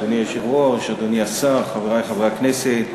אדוני היושב-ראש, אדוני השר, חברי חברי הכנסת,